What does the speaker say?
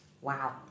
Wow